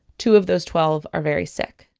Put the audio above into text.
two of those twelve are very sick